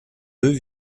deux